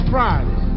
Friday